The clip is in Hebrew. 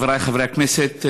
חבריי חברי הכנסת,